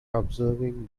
observing